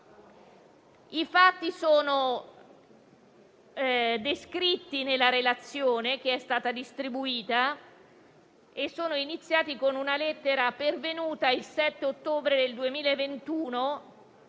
I fatti, descritti nella relazione che è stata distribuita, hanno avuto inizio con una lettera pervenuta il 7 ottobre 2021,